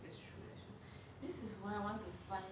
this is why I want to fund